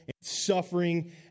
suffering